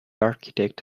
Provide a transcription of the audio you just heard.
architect